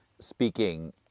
speaking